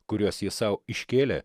kuriuos ji sau iškėlė